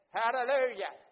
hallelujah